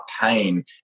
pain